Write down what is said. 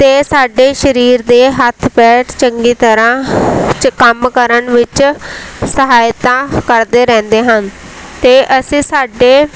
ਅਤੇ ਸਾਡੇ ਸਰੀਰ ਦੇ ਹੱਥ ਪੈਰ ਚੰਗੀ ਤਰ੍ਹਾਂ ਕੰਮ ਕਰਨ ਵਿੱਚ ਸਹਾਇਤਾ ਕਰਦੇ ਰਹਿੰਦੇ ਹਨ ਅਤੇ ਅਸੀਂ ਸਾਡੇ